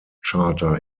charter